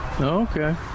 Okay